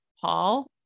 paul